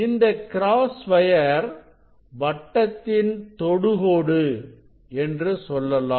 இந்த cross wire வட்டத்தின் தொடுகோடு என்று சொல்லலாம்